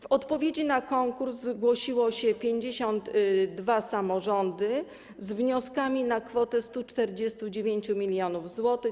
W odpowiedzi na konkurs zgłosiły się 52 samorządy z wnioskami na kwotę 149 mln zł.